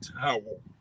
towel